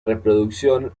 reproducción